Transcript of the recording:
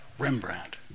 Rembrandt